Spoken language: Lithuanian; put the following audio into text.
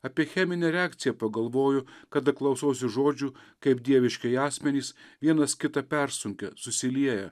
apie cheminę reakciją pagalvoju kada klausausi žodžių kaip dieviškieji asmenys vienas kitą persunkia susilieja